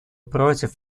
против